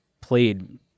played